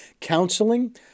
Counseling